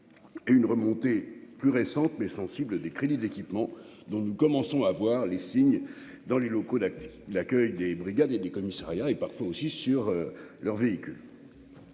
et une remontée plus récente mais sensible des crédits d'équipement dont nous commençons à voir les signes dans les locaux d'actifs, il l'accueil des brigades et des commissariats et parfois aussi sur leur véhicule,